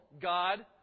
God